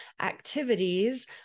activities